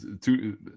Two